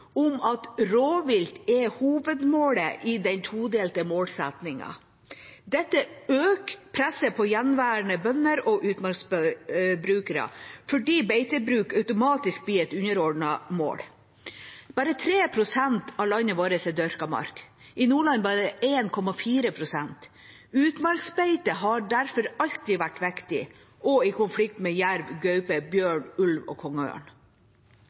om at rovvilt er hovedmålet i den todelte målsettingen. Dette øker presset på gjenværende bønder og utmarksbrukere fordi beitebruk automatisk blir et underordnet mål. Bare 3 pst. av landet vårt er dyrka mark, i Nordland bare 1,4 pst. Utmarksbeite har derfor alltid vært viktig og i konflikt med jerv, gaupe, bjørn, ulv og kongeørn.